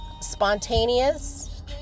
spontaneous